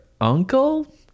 uncle